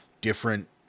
different